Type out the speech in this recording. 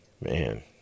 Man